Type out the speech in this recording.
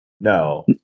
no